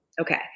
Okay